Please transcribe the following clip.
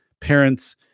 parents